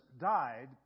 died